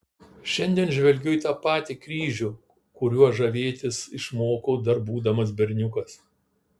šiandien žvelgiu į tą patį kryžių kuriuo žavėtis išmokau dar būdamas berniukas